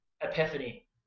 epiphany